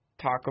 talk